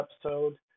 episode